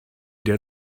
der